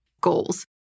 goals